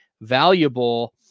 valuable